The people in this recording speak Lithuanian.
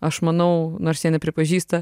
aš manau nors jie nepripažįsta